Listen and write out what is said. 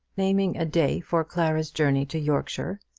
naming a day for clara's journey to yorkshire,